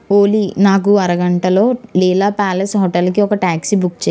ఓలీ నాకు అరగంటలో లీలా ప్యాలెస్ హోటల్కి ఒక ట్యాక్సీ బుక్ చేయి